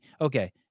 okay